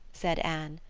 said anne.